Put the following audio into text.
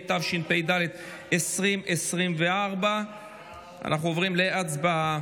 התשפ"ד 2024. אנחנו עוברים להצבעה.